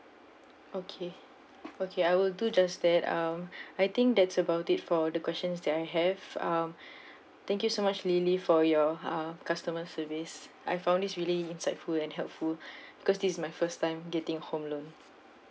okay okay I will do just that uh I think that's about it for the questions that I have uh thank you so much lily for your uh customer service I found this really insightful and helpful because this my first time getting home loan